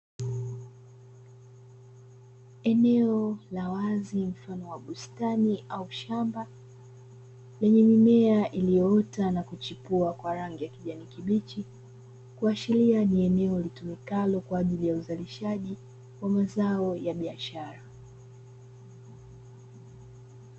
Eneo la wazi mfano wa bustani au shamba lenye mimea inayoota na kuchipua kwa rangi ya kijani kibichi kuashiria ni eneo litumikalo kwa ajili ya uzalishaji wa mazao ya biashara.